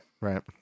right